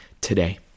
today